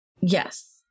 Yes